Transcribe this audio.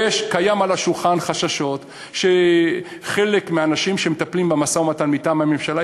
יש על השולחן חששות שחלק מהאנשים שמטפלים במשא-ומתן מטעם הממשלה,